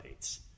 updates